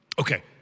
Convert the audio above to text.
Okay